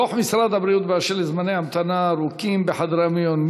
דוח משרד הבריאות על זמני המתנה ארוכים בחדרי המיון,